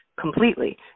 completely